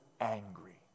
angry